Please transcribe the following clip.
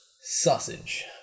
Sausage